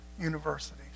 universities